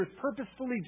purposefully